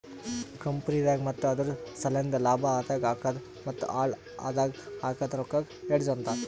ಕಂಪನಿದಾಗ್ ಮತ್ತ ಅದುರ್ ಸಲೆಂದ್ ಲಾಭ ಆದಾಗ್ ಹಾಕದ್ ಮತ್ತ ಹಾಳ್ ಆದಾಗ್ ಹಾಕದ್ ರೊಕ್ಕಾಗ ಹೆಡ್ಜ್ ಅಂತರ್